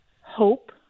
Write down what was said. hope